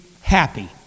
happy